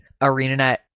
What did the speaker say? ArenaNet